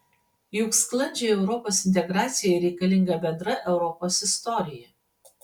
juk sklandžiai europos integracijai reikalinga bendra europos istorija